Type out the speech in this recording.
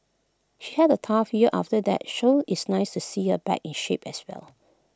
she had A tough year after that show it's nice to see her back in shape as well